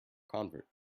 convert